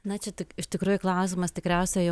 na čia tik iš tikrųjų klausimas tikriausiai